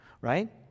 right